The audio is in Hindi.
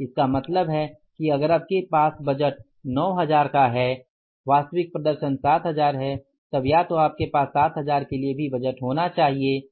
इसका मतलब है कि अगर आपके पास बजट 9000 का है वास्तविक प्रदर्शन 7000 है तब या तो आपके पास 7000 के लिए भी बजट होना चाहिए